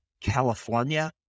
California